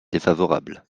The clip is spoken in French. défavorable